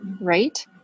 right